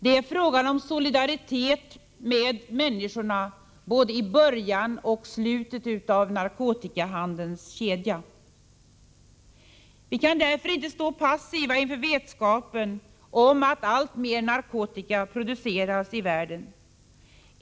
Det är fråga om solidaritet med människorna, både i början av och i slutet av narkotikahandelns kedja. Vi kan därför inte stå passiva inför vetskapen om att alltmer narkotika produceras i världen.